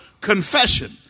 confession